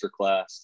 masterclass